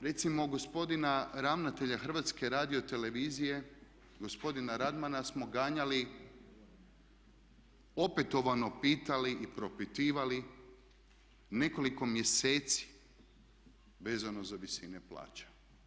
Recimo gospodina ravnatelja Hrvatske radiotelevizije gospodina Radmana smo ganjali, opetovano pitali i propitivali nekoliko mjeseci vezano za visine plaća.